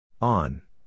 On